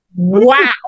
Wow